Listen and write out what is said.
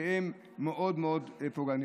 שהן מאוד מאוד פוגעניות.